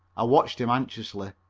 i watched him anxiously.